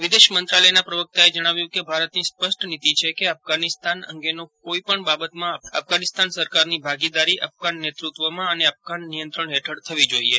વિદેશમંત્રાલયના પ્રવકતાએ જણાવ્યું કે ભારતની સ્પષ્ટ નીતી છે કે અફઘાનિસ્તાન અંગેનો કોઇપણ બાબતમાં અફઘાનિસ્તાન સરકારની ભાગીદારી અફઘાન નેતૃત્વમાં અને અફઘાન નિયંત્રણ હેઠળ થવી જોઇએ